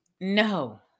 no